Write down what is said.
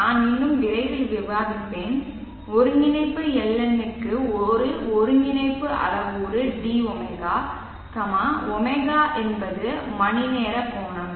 நான் இன்னும் விரைவில் விவாதிப்பேன் ஒருங்கிணைப்பு LN க்கு ஒரு ஒருங்கிணைப்பு அளவுரு dω ω என்பது மணிநேர கோணம்